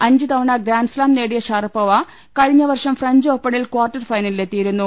അഞ്ച്തവണ grand slam നേടിയ് Sharapova കഴിഞ്ഞ വർഷം ഫ്രഞ്ച് ഓപ്പണിൽ ക്വാർട്ടർ ഫൈനലിലെത്തി യിരുന്നു